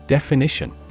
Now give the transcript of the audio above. Definition